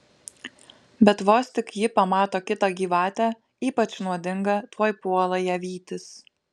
bet vos tik ji pamato kitą gyvatę ypač nuodingą tuoj puola ją vytis